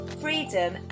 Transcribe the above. freedom